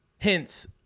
Hence